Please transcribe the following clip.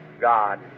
God